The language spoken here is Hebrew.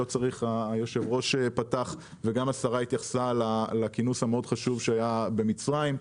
יושב ראש הוועדה פתח והשרה התייחסה לכינוס המאוד חשוב שהיה במצרים.